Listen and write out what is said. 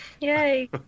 yay